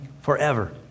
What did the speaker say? forever